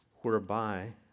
whereby